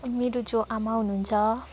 मेरो जो आमा हुनुहुन्छ